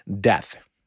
death